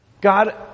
God